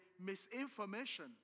misinformation